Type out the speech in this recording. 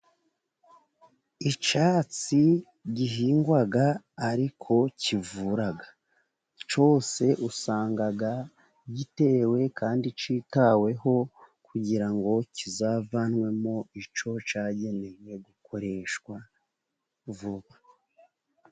Icyatsi gihingwa ariko kivura cyose, usanga gitewe kandi cyitaweho kugira ngo kizavanwemo icyo cyagenewe gukoreshwa vuba.